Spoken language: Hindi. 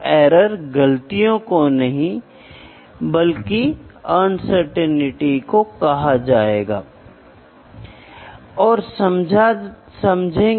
इसलिए अच्छे डिजिटल डिस्प्ले के लिए दस्ताने का उपयोग करने की सलाह दी जाती है ताकि आप यहां देखने की कोशिश कर सकें कि आप दूसरे अंक की दशमलव सटीकता देख सकते हैं जिसे आप माप सकते हैं और परिणामों को बहुत स्पष्ट रूप से पढ़ने की कोशिश कर सकते हैं